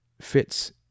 fits